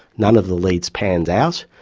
none of the leads panned out.